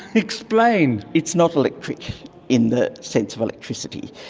explain. it's not electric in the sense of electricity,